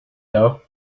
dough